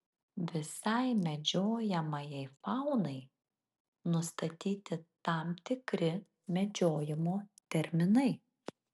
visai medžiojamajai faunai nustatyti tam tikri medžiojimo terminai